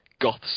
Goths